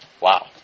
Wow